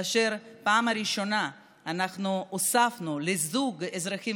כאשר בפעם הראשונה הוספנו לזוג אזרחים